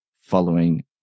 following